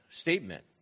statement